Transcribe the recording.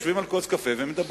יושבים על כוס קפה ומדברים,